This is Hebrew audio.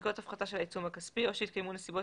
המצדיקות הפחתה של העיצום הכספי או שהתקיימו נסיבות